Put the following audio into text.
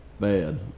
bad